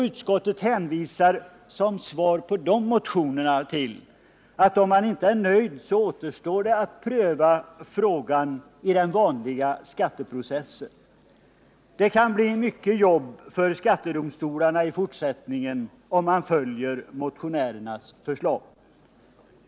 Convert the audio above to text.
Utskottet hänvisar, som svar på de motionerna, till att om man inte är nöjd så återstår att pröva frågan i den vanliga skatteprocessen. Det kan bli mycket jobb för skattedomstolarna i fortsättningen om man följer motionärernas förslag.